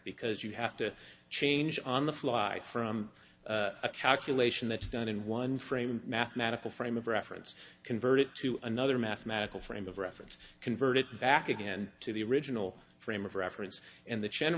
because you have to change on the fly from a calculation that done in one frame mathematical frame of reference convert it to another mathematical frame of reference converted back again to the original frame of reference and the ch